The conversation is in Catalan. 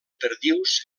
perdius